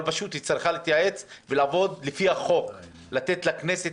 אבל היא פשוט צריכה להתייעץ ולעבוד לפי החוק; לתת לכנסת,